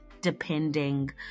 depending